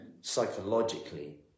psychologically